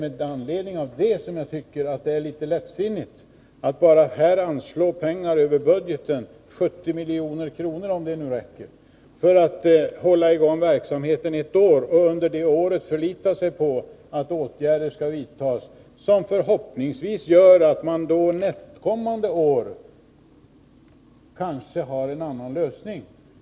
Med anledning av det tycker jag att det är litet lättsinnigt att här anslå pengar över budgeten — 70 milj.kr., om det nu räcker — för att hålla i gång verksamheten ett år och förlita sig på att under det året åtgärder skall vidtas som gör att man förhoppningsvis nästkommande år kanske har en annan lösning!